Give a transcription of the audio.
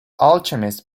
alchemists